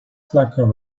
slacker